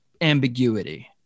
ambiguity